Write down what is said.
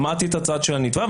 שמעתי את הצד של הנתבע,